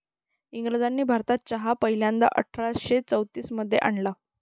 इंग्रजांनी भारतात चहा पहिल्यांदा अठरा शे चौतीस मध्ये आणला